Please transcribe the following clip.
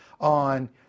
on